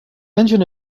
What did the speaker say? engine